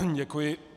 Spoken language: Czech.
Děkuji.